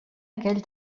aquell